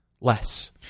less